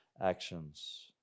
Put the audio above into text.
actions